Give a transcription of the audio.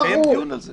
יתקיים דיון על זה.